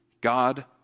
God